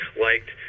liked